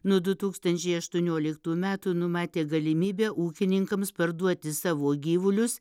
nuo du tūkstančiai aštuonioliktų metų numatė galimybę ūkininkams parduoti savo gyvulius